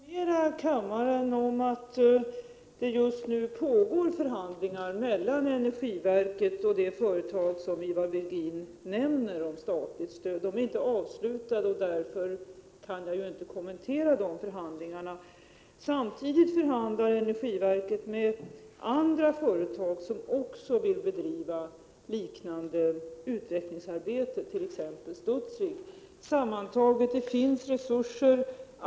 Herr talman! Som framgick av mitt svar finns det resurser avsatta för ett sådant här stöd. Jag vill informera kammaren om att det just nu pågår förhandlingar mellan energiverket och det företag som Ivar Virgin nämner. De förhandlingarna är inte avslutade, och jag kan därför inte kommentera dem. Samtidigt förhandlar energiverket med andra företag som också vill bedriva liknande utvecklingsarbete, t.ex. Studsvik. Sammantaget: Det finns resurser.